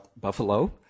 Buffalo